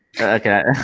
okay